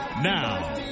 Now